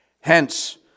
Hence